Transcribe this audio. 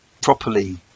properly